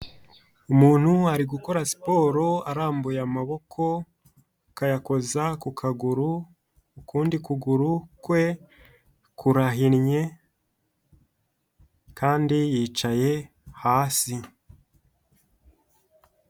Umuntu ari gukora siporo arambuye amaboko akayakoza ku kaguru ukundi kuguru kwe kurahinnye kandi yicaye hasi.